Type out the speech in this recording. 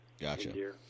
Gotcha